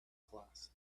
class